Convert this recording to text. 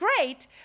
great